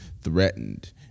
threatened